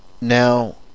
Now